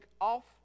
off